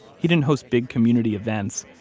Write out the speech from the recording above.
he didn't host big community events,